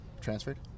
transferred